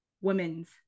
women's